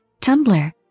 Tumblr